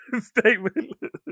statement